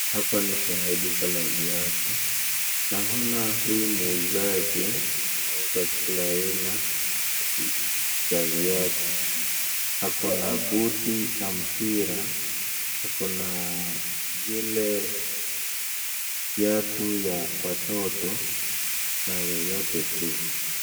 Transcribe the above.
Hapa ni kwenye duka la viatu. Naona huyu muuzaji anauza kila aina za viatu. Ako na buti la mpira ako na vile kiatu ya watoto na yeyote tu.